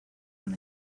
con